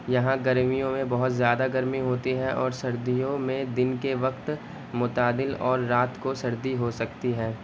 یہاں گرمیوں میں بہت زیادہ گرمی ہوتی ہے اور سردیوں میں دن کے وقت متعدل اور رات کو سردی ہو سکتی ہے